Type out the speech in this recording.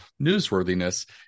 newsworthiness